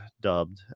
dubbed